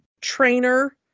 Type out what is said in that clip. trainer